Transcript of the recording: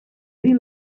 din